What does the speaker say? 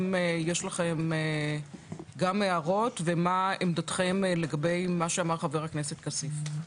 אם יש לכם גם הערות ומה עמדתכם לגבי מה שאמר חבר הכנסת כסיף.